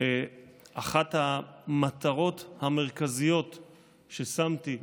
אחת המטרות המרכזיות ששמתי